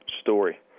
story